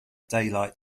daylight